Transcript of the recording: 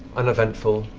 uneventful.